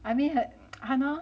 I mean hannor